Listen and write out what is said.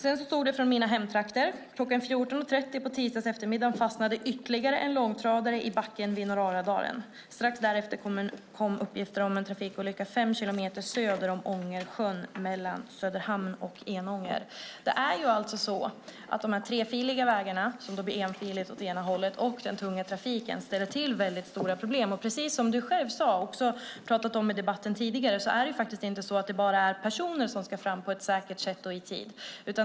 Sedan stod det något från mina hemtrakter: "Klockan 14.30 på tisdagseftermiddagen fastnade ytterligare en långtradare i backen vid Norraladalen. Strax efter kom uppgifter om en trafikolycka fem kilometer söder om Ångersjön mellan Söderhamn och Enånger." De trefiliga vägarna som blir enfiliga åt det ena hållet och den tunga trafiken ställer alltså till stora problem. Precis som statsrådet själv sade och som vi har pratat om i debatten tidigare är det inte bara personer som ska fram på ett säkert sätt och i tid.